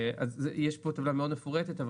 אז יש פה טבלה מאוד מפורטת,